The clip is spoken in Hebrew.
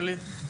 ואליד.